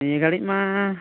ᱱᱤᱭᱟᱹ ᱜᱷᱟᱹᱲᱤᱡ ᱢᱟ